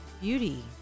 beauty